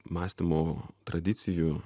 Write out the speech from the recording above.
mąstymo tradicijų